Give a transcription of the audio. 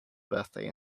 birthday